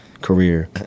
career